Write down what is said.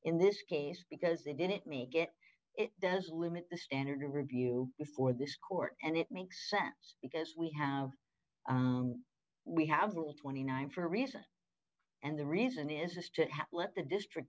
in this case because they didn't make it it does limit the standard of review before this court and it makes sense because we have we have the rule twenty nine for a reason and the reason is to let the district